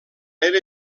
era